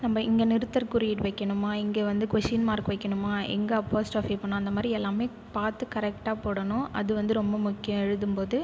நம்ம இங்க நிறுத்தற்குறியீடு வைக்கணுமா இங்கே வந்து கொஸின் மார்க் வைக்கணுமா எங்கள் அப்போஸ்ட்ரோபி வைக்கணும் அந்த மாதிரி வந்து எல்லாமே பார்த்து கரெக்டாக போடணும் அது வந்து ரொம்ப முக்கியம் எழுதும் போது